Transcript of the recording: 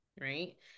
Right